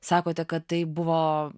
sakote kad tai buvo